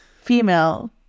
female